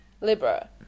Libra